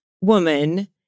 woman